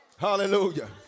Hallelujah